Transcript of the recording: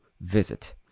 visit